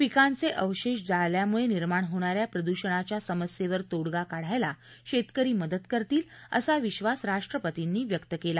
पिकांचे अवशेष जाळल्यामुळे निर्माण होणा या प्रदूषणाच्या समस्येवर तोडगा काढायला शेतकरी मदत करतील असा विधास राष्ट्रपतींनी व्यक्त केला